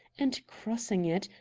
and, crossing it,